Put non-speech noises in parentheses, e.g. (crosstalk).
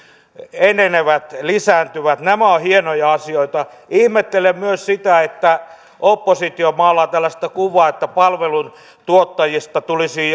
enenevät lisääntyvät nämä ovat hienoja asioita ihmettelen myös sitä että oppositio maalaa tällaista kuvaa että palveluntuottajista tulisi (unintelligible)